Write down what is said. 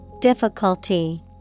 Difficulty